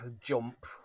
jump